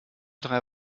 drei